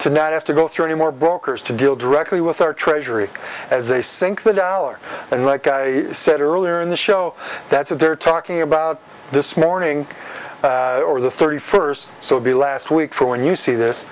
to not have to go through any more brokers to deal directly with our treasury as they sink the dollar and like i said earlier in the show that's what they're talking about this morning or the thirty first so be last week for when you see this